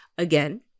Again